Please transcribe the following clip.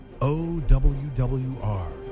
OWWR